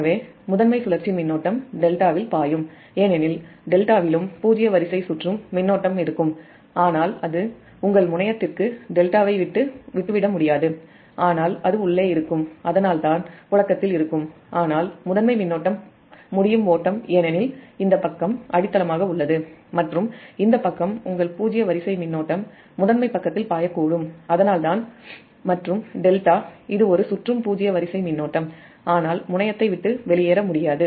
எனவே முதன்மை சுழற்சி மின்னோட்டம் டெல்டாவில் பாயும் ஏனெனில் டெல்டாவிலும் பூஜ்ஜிய வரிசை சுற்றும் மின்னோட்டம் இருக்கும் ஆனால் அது உங்கள் முனையத்திற்கு ∆ ஐ விட்டுவிட முடியாது ஆனால் அது உள்ளே இருக்கும் அதனால் தான் அது புழக்கத்தில் இருக்கும் ஆனால் முதன்மை மின்னோட்டம் முடியும் ஓட்டம் இந்த பக்கம் அடித்தளமாக உள்ளது மற்றும் இந்த பக்கம் உங்கள் பூஜ்ஜிய வரிசை மின்னோட்டம் முதன்மை பக்கத்தில் பாயக்கூடும் அதனால்தான் ∆ இது ஒரு சுற்றும் பூஜ்ஜிய வரிசை மின்னோட்டம் ஆனால் முனையத்தை விட்டு வெளியேற முடியாது